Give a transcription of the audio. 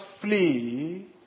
flee